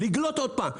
לגלות עוד פעם.